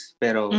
pero